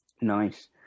Nice